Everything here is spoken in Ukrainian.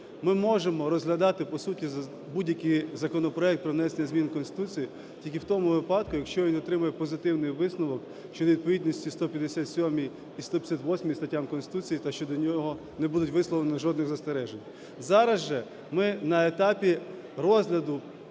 ми можемо розглядати по суті будь-який законопроект про внесення змін до Конституції тільки в тому випадку, якщо він отримає позитивний висновок щодо відповідності 157 і 158 статтям Конституції, якщо нього не буде висловлено жодних застережень. Зараз ми на етапі розгляду